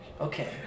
Okay